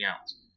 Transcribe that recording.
else